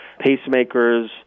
pacemakers